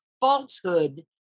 falsehood